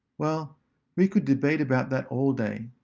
well we could debate about that all day.